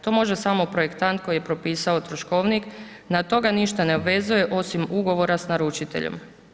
To može samo projektant koji je propisao troškovnik, na to ga ništa ne obvezuje osim ugovora s naručiteljem.